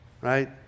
right